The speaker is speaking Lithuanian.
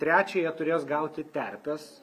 trečia jie turės gauti terpes